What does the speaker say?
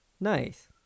Nice